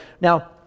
Now